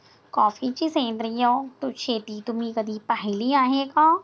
कॉफीची सेंद्रिय शेती तुम्ही कधी पाहिली आहे का?